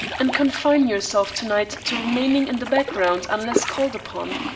and confine yourself to-night to remaining in the background unless called upon.